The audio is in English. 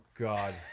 God